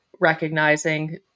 recognizing